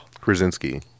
Krasinski